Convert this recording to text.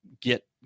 get